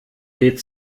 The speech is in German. geht